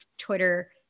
Twitter